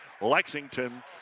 Lexington